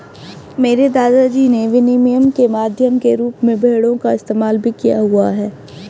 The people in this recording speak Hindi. मेरे दादा जी ने विनिमय के माध्यम के रूप में भेड़ों का इस्तेमाल भी किया हुआ है